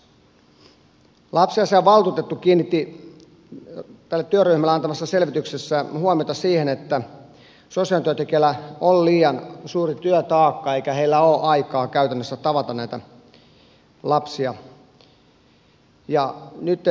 lapsiasiavaltuutettu kiinnitti tälle työryhmälle antamassaan selvityksessä huomiota siihen että sosiaalityöntekijöillä on liian suuri työtaakka eikä heillä ole aikaa käytännössä tavata näitä lapsia